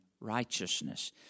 righteousness